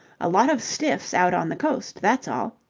a lot of stiffs out on the coast, that's all.